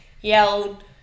yelled